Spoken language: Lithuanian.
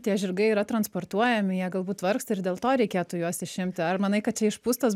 tie žirgai yra transportuojami jie galbūt vargsta ir dėl to reikėtų juos išimti ar manai kad čia išpūstas